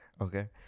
okay